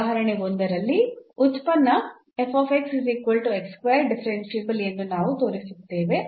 ಉದಾಹರಣೆ 1 ರಲ್ಲಿ ಉತ್ಪನ್ನ ಡಿಫರೆನ್ಸಿಬಲ್ ಎಂದು ನಾವು ತೋರಿಸುತ್ತೇವೆ